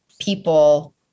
people